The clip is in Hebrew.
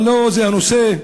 ולא זה הנושא.